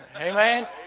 Amen